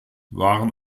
waren